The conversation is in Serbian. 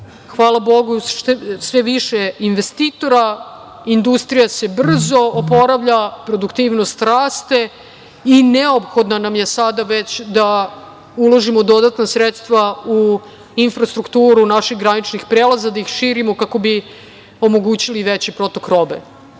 hvala Bogu, sve više investitora. Industrija se brzo oporavlja, produktivnost raste i neophodno nam je sada već da uložimo dodatna sredstva u infrastrukturu naših graničnih prelaza, da ih širimo kako bi omogućili veći protok